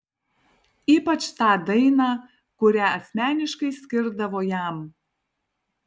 ypač tą dainą kurią asmeniškai skirdavo jam